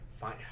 fine